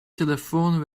telefoon